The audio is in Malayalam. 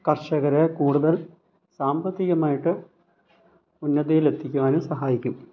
കർഷകരെ കൂടുതൽ സാമ്പത്തികമായിട്ട് ഉന്നതിയിലെത്തിക്കുവാനും സഹായിക്കും